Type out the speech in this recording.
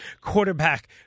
quarterback